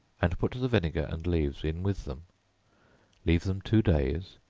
and put the vinegar and leaves in with them leave them two days,